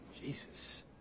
Jesus